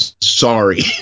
sorry